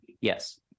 Yes